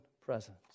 presence